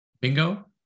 Bingo